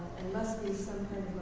must be seven